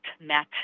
met